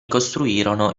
costruirono